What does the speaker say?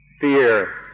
fear